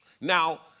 Now